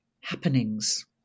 happenings